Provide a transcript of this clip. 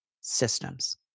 Systems